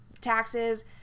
taxes